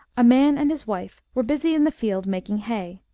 a man and his wife were busy in the field making hay,